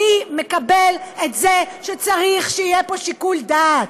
אני מקבל את זה שצריך שיהיה פה שיקול דעת,